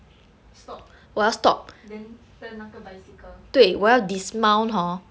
stop then turn 那个 bicycle